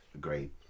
great